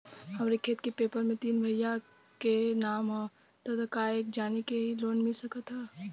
हमरे खेत के पेपर मे तीन भाइयन क नाम ह त का एक जानी के ही लोन मिल सकत ह?